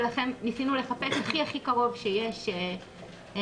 ולכן ניסינו לחפש הכי הכי קרוב שיש מבחינת